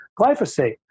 glyphosate